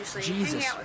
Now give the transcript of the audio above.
Jesus